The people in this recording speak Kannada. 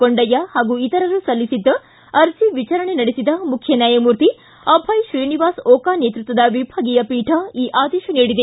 ಕೊಂಡಯ್ಯ ಹಾಗು ಇತರರು ಸಲ್ಲಿಸಿದ್ದ ಅರ್ಜಿ ವಿಚಾರಣೆ ನಡೆಸಿದ ಮುಖ್ಯ ನ್ಯಾಯಮೂರ್ತಿ ಅಭಯ ಶ್ರೀನಿವಾಸ್ ಓಕಾ ನೇತೃತ್ವದ ವಿಭಾಗೀಯ ಪೀಠ ಈ ಆದೇಶ ನೀಡಿದೆ